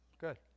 good